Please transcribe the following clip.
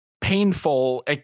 painful